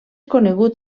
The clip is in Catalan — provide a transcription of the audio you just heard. conegut